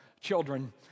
children